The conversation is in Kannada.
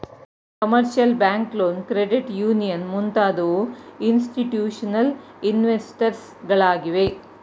commercial bank loan, credit union ಮುಂತಾದವು ಇನ್ಸ್ತಿಟ್ಯೂಷನಲ್ ಇನ್ವೆಸ್ಟರ್ಸ್ ಗಳಾಗಿವೆ